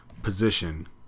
position